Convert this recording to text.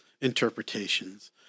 interpretations